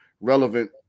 relevant